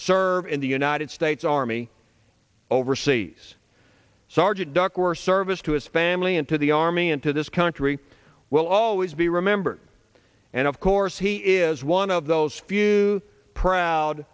serve in the united states army overseas sergeant duckworth service to his family and to the army and to this country will always be remembered and of course he is one of those few proud